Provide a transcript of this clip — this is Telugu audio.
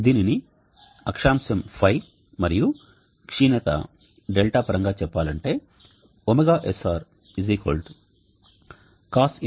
దీనిని అక్షాంశం φ మరియు క్షీణత δ పరంగా చెప్పాలంటే ωsr Cos 1 Tan ϕ